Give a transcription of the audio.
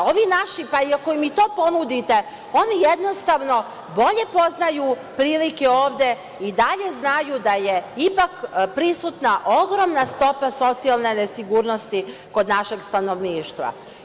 Ovi naši, pa ako im i to ponudite, oni jednostavno bolje poznaju prilike ovde i dalje znaju da je ipak prisutna ogromna stopa socijalne nesigurnosti kod našeg stanovništva.